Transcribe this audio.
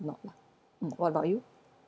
not what about you